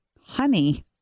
honey